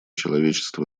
человечества